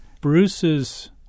Bruce's